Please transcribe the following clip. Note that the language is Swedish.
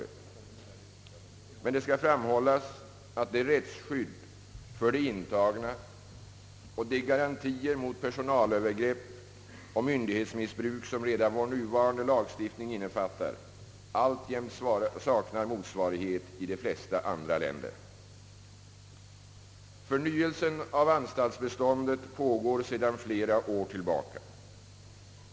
Det skall emellertid framhållas att det rättsskydd för de intagna och de garantier mot personalövergrepp och <myndighetsmissbruk som redan vår nuvarande lagstiftning innefattar alltjämt saknar motsvarighet i de flesta andra länder. Förnyelsen av anstaltsbeståndet pågår sedan flera år tillbaka.